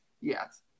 Yes